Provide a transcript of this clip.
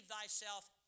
thyself